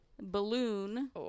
balloon